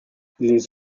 les